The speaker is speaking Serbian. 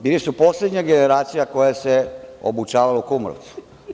Bili su poslednja generacija koja se obučavala u Kumrovcu.